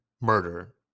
Murder